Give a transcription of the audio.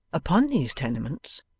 upon these tenements,